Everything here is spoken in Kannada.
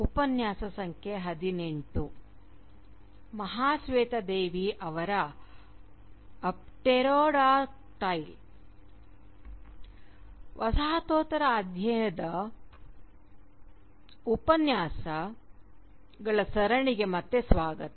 ವಸಾಹತೋತ್ತರ ಅಧ್ಯಯನ ಉಪನ್ಯಾಸಗಳ ಸರಣಿಗೆ ಮತ್ತೆ ಸ್ವಾಗತ